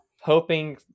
hoping